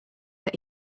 that